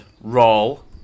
Roll